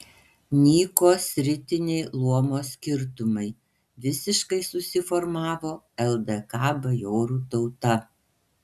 nyko sritiniai luomo skirtumai visiškai susiformavo ldk bajorų tauta